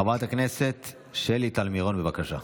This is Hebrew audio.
חברת הכנסת שלי טל מירון, בבקשה.